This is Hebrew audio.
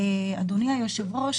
אדוני היושב-ראש,